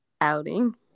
outing